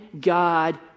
God